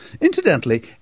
Incidentally